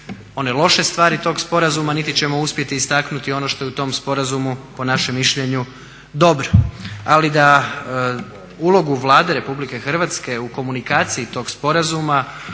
one loše stvari tog sporazuma, niti ćemo uspjeti istaknuti ono što je u tom sporazumu po našem mišljenju dobro. Ali da ulogu Vlade RH u komunikaciji tog sporazuma